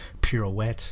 Pirouette